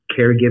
caregiving